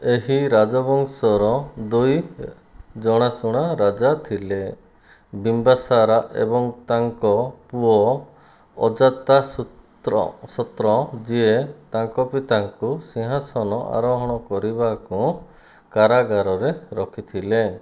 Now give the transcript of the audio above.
ଏହି ରାଜବଂଶର ଦୁଇ ଜଣାଶୁଣା ରାଜା ଥିଲେ ବିମ୍ବିସାର ଏବଂ ତାଙ୍କ ପୁଅ ଅଜାତଶତ୍ରୁ ଯିଏ ତାଙ୍କ ବି ତାଙ୍କୁ ସିଂହାସନ ଆରୋହଣ କରିବାକୁ କାରାଗାରରେ ରଖିଥିଲେ